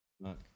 Look